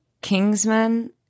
Kingsman